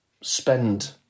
spend